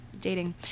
dating